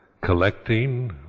collecting